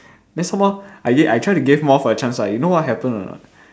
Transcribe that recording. then some more I give I try to give moth a chance ah you know what happen or not